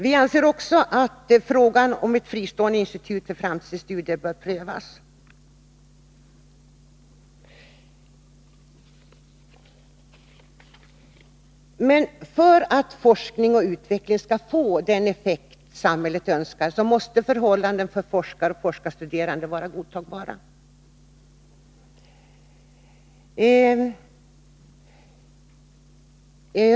Vi anser vidare att frågan om ett fristående institut för framtidsstudier bör prövas. För att forskning och utveckling skall få den effekt samhället önskar måste förhållandena för forskare och forskarstuderande vara godtagbara.